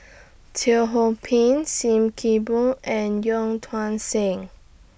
Teo Ho Pin SIM Kee Boon and Yong Tuang Seng